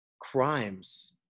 crimes